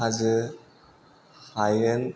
हाजो हायेन